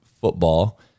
football